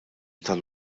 tal